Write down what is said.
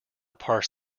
parse